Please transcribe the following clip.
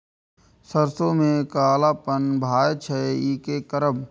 सरसों में कालापन भाय जाय इ कि करब?